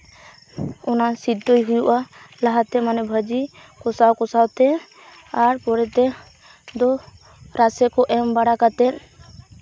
ᱚᱱᱟ ᱥᱤᱫᱽᱫᱚᱭ ᱦᱩᱭᱩᱜᱼᱟ ᱞᱟᱦᱟᱛᱮ ᱢᱟᱱᱮ ᱵᱷᱟᱹᱡᱤ ᱠᱚᱥᱟᱣᱼᱠᱚᱥᱟᱣ ᱛᱮ ᱟᱨ ᱯᱚᱨᱮᱛᱮ ᱫᱚ ᱨᱟᱥᱮ ᱠᱚ ᱮᱢ ᱵᱟᱲᱟ ᱠᱟᱛᱮᱫ